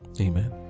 Amen